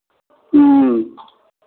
ह्म्म